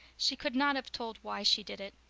she could not have told why she did it.